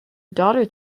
daughter